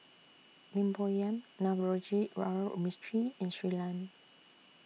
Lim Bo Yam Navroji Mistri and Shui Lan